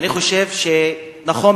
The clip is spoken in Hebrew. אני חושב שנכון,